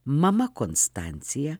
mama konstancija